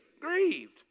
grieved